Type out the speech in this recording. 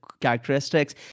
characteristics